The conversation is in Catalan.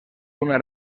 una